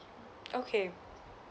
okay